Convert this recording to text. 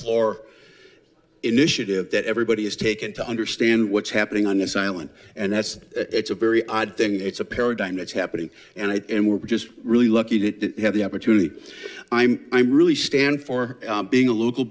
floor initiative that everybody has taken to understand what's happening on this island and that's it's a very odd thing it's a paradigm that's happening and we're just really lucky to have the opportunity i'm i'm really stand for being a local